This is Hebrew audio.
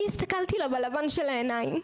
אני הסתכלתי לה בלבן של העיניים.